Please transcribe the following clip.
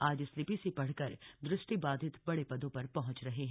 आज इस लिपि से पढकर इष्टिबाधित बड़े पदों पर पहुंच रहे हैं